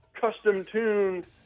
custom-tuned